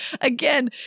again